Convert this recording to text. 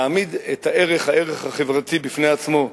להעמיד את הערך החברתי בפני עצמו,